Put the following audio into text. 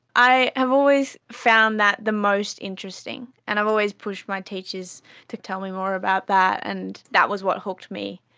i have always found that the most interesting and i've always pushed my teachers to tell me more about that, and that was what to me.